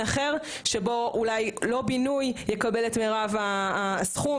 אחר שבו אולי לא בינוי יקבל את מירב הסכום,